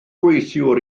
gweithiwr